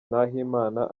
nahimana